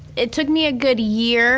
it took me a good year